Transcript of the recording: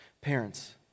Parents